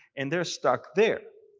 and they are stuck there.